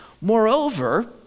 Moreover